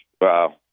Wow